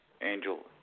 Angel